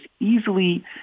easily